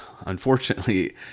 unfortunately